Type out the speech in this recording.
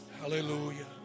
Hallelujah